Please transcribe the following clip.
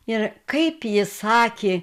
ir kaip jis sakė